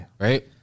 Right